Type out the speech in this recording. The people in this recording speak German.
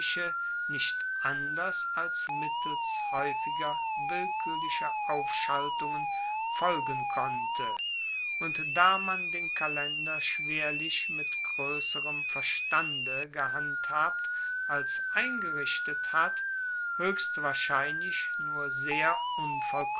nicht anders als mittels haeufiger willkuerlicher ausschaltungen folgen konnte und da man den kalender schwerlich mit groesserem verstande gehandhabt als eingerichtet hat hoechst wahrscheinlich nur sehr